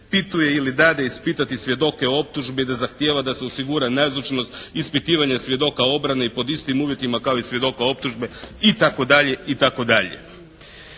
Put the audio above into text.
ispituje ili dade ispitati svjedoke optužbe i da zahtijeva da se osigura nazočnost ispitivanja svjedoka obrane i pod istim uvjetima kao i svjedoka optužbe itd.